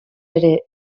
ere